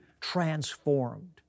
transformed